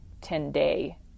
10-day